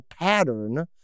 pattern